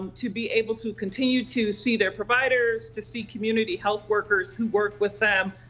to be able to continue to see their providers, to see community health workers who work with them,